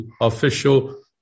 official